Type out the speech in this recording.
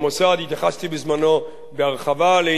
התייחסתי בזמנו בהרחבה לעניין זה.